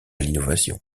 l’innovation